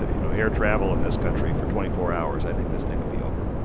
you know, air travel in this country for twenty four hours, i think this thing would be over.